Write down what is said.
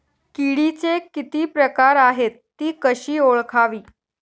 किडीचे किती प्रकार आहेत? ति कशी ओळखावी?